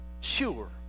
sure